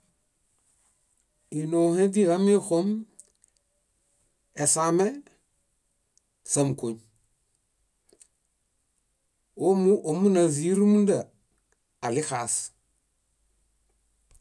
Ínohe źíhamexom, esame, sámukol. Ómu ómunazii rúmunda, aɭixaas.